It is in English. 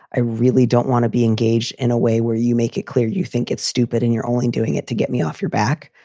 i really don't want to be engaged in a way where you make it clear you think it's stupid and you're only doing it to get me off your back.